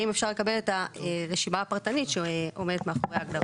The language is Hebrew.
האם אפשר לקבל את הרשימה הפרטנית שעומדת מאחורי ההגדרות.